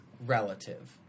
Relative